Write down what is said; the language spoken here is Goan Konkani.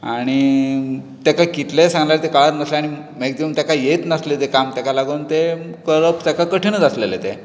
आनी तेका कितलेंय सांगल्यार ताका तें कळनासलें आनी मॅक्झिमम ताका येयच नासलें तें काम तेका लागून तें करप ताका कठीणूच आसलेलें तें